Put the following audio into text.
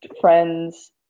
friends